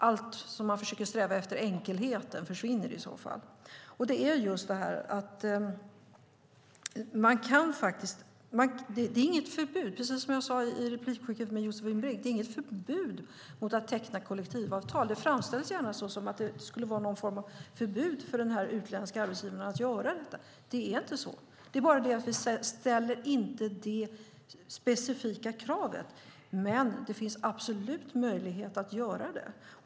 Allt som man försöker sträva efter för att få enkelhet skulle i så fall försvinna. Precis som jag sade i replikskiftet med Josefin Brink är det inget förbud mot att teckna kollektivavtal. Det framställs gärna som att det skulle vara någon form av förbud för denna utländska arbetsgivare att göra det. Det är inte så. Men vi ställer inte det specifika kravet. Men det finns absolut möjlighet att göra det.